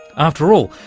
after all,